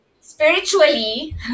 spiritually